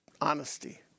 honesty